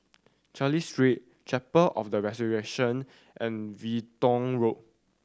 Cecil Street Chapel of the Resurrection and Everton Road